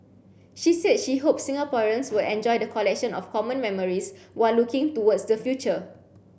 she said she hopes Singaporeans will enjoy the collection of common memories while looking towards the future